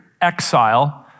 exile